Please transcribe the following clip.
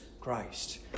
Christ